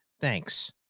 Thanks